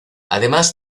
además